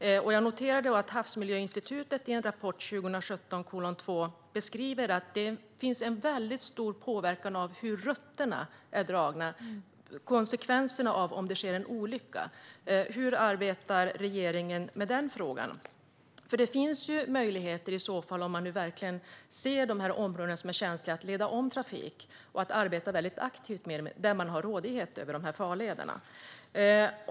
Jag noterar att Havsmiljöinstitutet i sin rapport 2017:2 tar upp konsekvenserna vid en olycka och beskriver att påverkan kan bli väldigt stor beroende på hur rutterna är dragna. Hur arbetar regeringen med denna fråga? Det finns ju möjligheter att leda om trafik, om man ser områden som känsliga. Man kan arbeta väldigt aktivt i de områden där man har rådighet över farlederna.